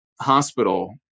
hospital